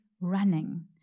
running